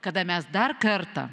kada mes dar kartą